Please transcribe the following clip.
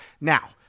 Now